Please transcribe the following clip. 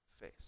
face